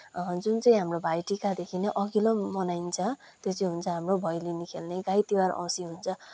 जुन चाहिँ हाम्रो भाइटिकादेखि नै अघिल्लो मनाइन्छ त्यो चाहिँ हुन्छ हाम्रो भैलेनि खेल्ने गाई तिहार औँसी हुन्छ